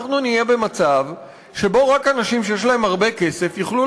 אנחנו נהיה במצב שרק אנשים שיש להם הרבה כסף יוכלו